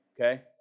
Okay